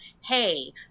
hey